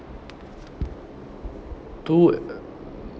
too